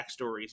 backstories